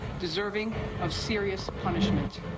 deserving of serious punishment.